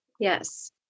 Yes